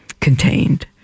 contained